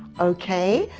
ok.